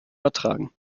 ertragen